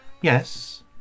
Yes